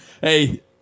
hey